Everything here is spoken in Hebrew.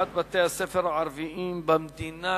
אבטחת בתי-הספר הערביים במדינה,